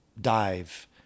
dive